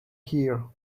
here